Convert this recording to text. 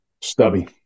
Stubby